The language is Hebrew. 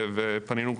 ופנינו,